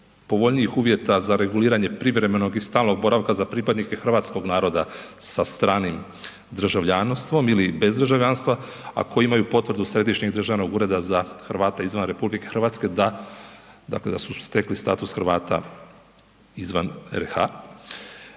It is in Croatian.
povoljnijih uvjeta za reguliranje privremenog i stalnog boravka za pripadnike hrvatskog naroda sa stranim državljanstvom ili bez državljanstva, a koji imaju potvrdu Središnjeg državnog ureda za Hrvate izvan RH da, dakle da su stekli status Hrvata izvan RH.